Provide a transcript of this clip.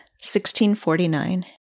1649